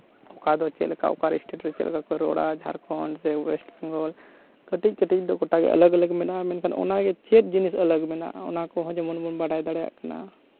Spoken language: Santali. ᱚᱠᱟ ᱫᱚ ᱪᱮᱫ ᱞᱮᱠᱟ ᱚᱠᱟ ᱥᱴᱮᱴ ᱨᱮ ᱪᱮᱫ ᱞᱮᱠᱟ ᱠᱚ ᱨᱚᱲᱟ ᱡᱷᱟᱲᱠᱷᱚᱸᱰ ᱥᱮ ᱳᱭᱮᱥᱴ ᱵᱮᱝᱜᱚᱞ ᱠᱟᱹᱴᱤᱡ ᱠᱟᱹᱴᱤᱡ ᱫᱚ ᱜᱳᱴᱟᱜᱮ ᱟᱞᱟᱜᱽ ᱟᱞᱟᱜᱽ ᱢᱮᱱᱟᱜᱼᱟ ᱢᱮᱱᱠᱷᱟᱱ ᱚᱱᱟᱨᱮ ᱪᱮᱫ ᱡᱤᱱᱤᱥ ᱟᱞᱟᱜᱽ ᱢᱮᱱᱟᱜᱼᱟ ᱚᱱᱟ ᱠᱚᱦᱚᱸ ᱡᱮᱢᱚᱱ ᱵᱚᱱ ᱵᱟᱲᱟᱭ ᱫᱟᱲᱮᱭᱟᱜ ᱠᱟᱱᱟ